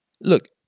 Look